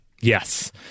Yes